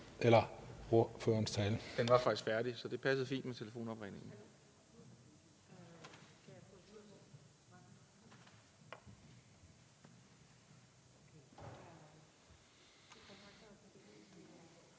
Henriksen (DF): Den var faktisk færdig, så det passede fint med telefonopringningen).